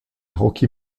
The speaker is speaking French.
rocky